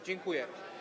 Dziękuję.